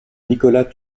nicolas